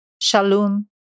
Shalom